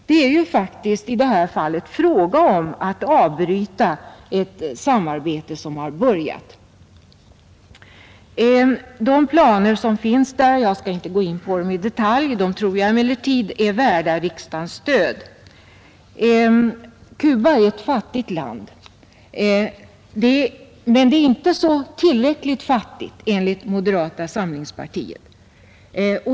Det är ju faktiskt i detta fall fråga om att avbryta ett samarbete som har börjat. Jag skall inte i detalj gå in på de planer som finns, men jag tror de är värda riksdagens stöd. Cuba är ett fattigt land, men det är inte tillräckligt fattigt, enligt moderata samlingspartiet.